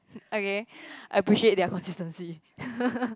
okay appreciate their consistency